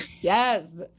yes